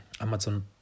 Amazon